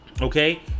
Okay